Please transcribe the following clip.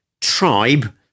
tribe